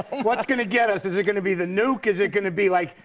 what's gonna get us? is it gonna be the nuke, is it gonna be, like,